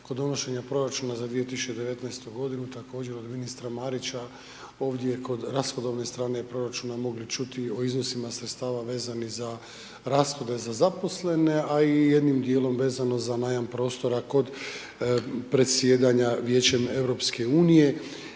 kod donošenja proračuna za 2019.-tu godinu također od ministra Marića ovdje kod rashodovne strane proračuna mogli čuti o iznosima sredstava vezani za rashode za zaposlene, a i jednim dijelom vezano za najam prostora kod predsjedanja Vijećem EU,